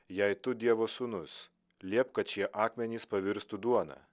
jei tu dievo sūnus liepk kad šie akmenys pavirstų duona